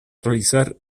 realizar